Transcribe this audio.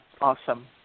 awesome